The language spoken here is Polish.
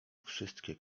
wszystkie